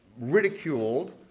ridiculed